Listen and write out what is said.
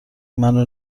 منو